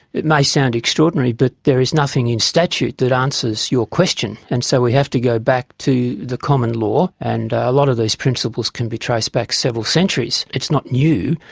it may sound extraordinary but there's nothing in statute that answers your question, and so we have to go back to the common law, and a lot of these principles can be traced back several centuries. it's not new,